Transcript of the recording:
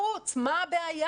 בחוץ, מה הבעיה?